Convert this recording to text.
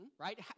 right